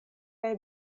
kaj